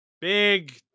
Big